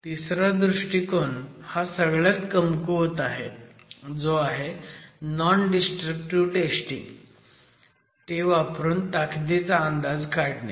तिसरा दृष्टिकोन हा सगळ्यात कमकुवत आहे जो आहे नॉन डिस्ट्रक्टिव्ह टेस्टिंग वापरून ताकदीचा अंदाज काढणे